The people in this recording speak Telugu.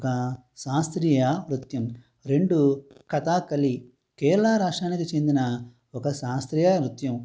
ఒక శాస్త్రియ నృత్యం రెండు కథాకళీ కేరళా రాష్ట్రానికి చెందిన ఒక శాస్త్రీయ నృత్యం